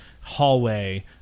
hallway